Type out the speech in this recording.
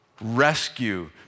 rescue